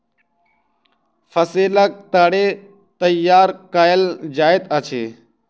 फसीलक ताड़ी तैयार कएल जाइत अछि